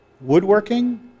woodworking